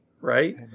right